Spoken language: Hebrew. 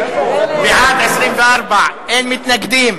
בעד, 24, אין מתנגדים,